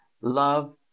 Love